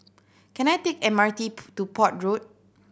can I take M R T to Port Road